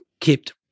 kept